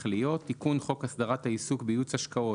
להיות: "78א.תיקון חוק הסדרת העיסוק בייעוץ השקעות,